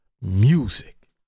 music